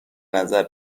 نظر